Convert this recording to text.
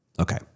Okay